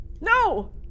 No